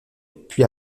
puis